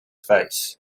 face